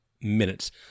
minutes